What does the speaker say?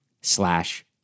slash